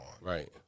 Right